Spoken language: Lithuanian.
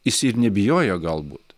jis ir nebijojo galbūt